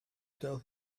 tell